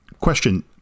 Question